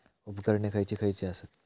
उपकरणे खैयची खैयची आसत?